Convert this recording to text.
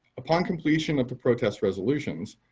upon completion of the protest resolutions,